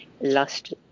last